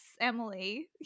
Emily